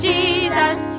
Jesus